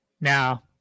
now